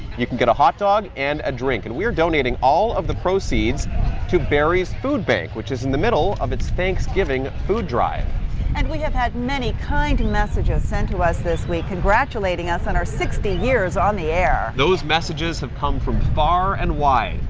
you can get a hot dog and a drink, and we are donating all of the proceeds to barrie's food bank, which is in the middle of its thanksgiving food drive. jayne and we have had many kind messages sent to us this week congratulating us on our sixty years on the air. tony those messages have come from far and wide,